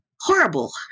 horrible